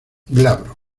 glabro